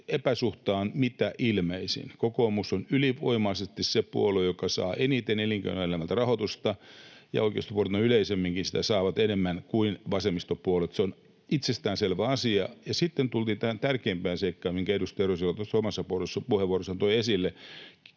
epäsuhta on mitä ilmeisin: kokoomus on ylivoimaisesti se puolue, joka saa eniten elinkeinoelämältä rahoitusta. Ja oikeistopuolueet noin yleisemminkin sitä saavat enemmän kuin vasemmistopuolueet, se on itsestäänselvä asia. Sitten tultiin tähän tärkeimpään seikkaan, minkä edustaja Rostila tuossa puheenvuorossaan toi esille.